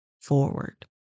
forward